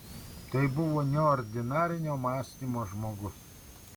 tai buvo neordinarinio mąstymo žmogus